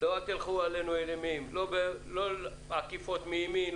לא תלכו עלינו אימים, לא עקיפות מימין.